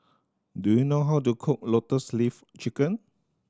do you know how to cook Lotus Leaf Chicken